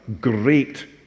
great